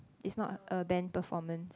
it's not a band performance